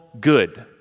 good